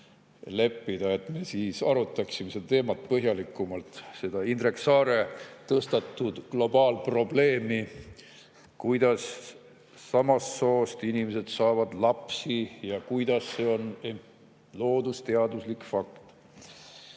leppida, et arutada seda teemat põhjalikumalt, seda Indrek Saare tõstatatud globaalset probleemi, kuidas samast soost inimesed saavad lapsi ja kuidas see on loodusteaduslik fakt.